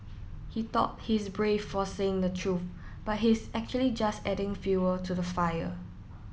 he thought he's brave for saying the truth but he's actually just adding fuel to the fire